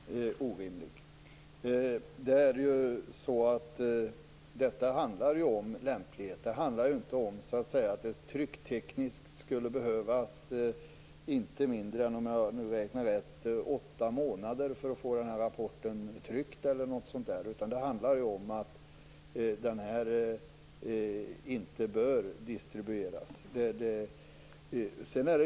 Herr talman! Nej, inte alls orimlig. Det handlar om lämplighet, inte om att det trycktekniskt skulle behövas inte mindre än åtta månader för att få rapporten tryckt. Det handlar om att den inte bör distribueras.